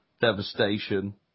devastation